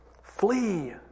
Flee